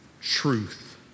truth